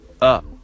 up